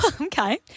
Okay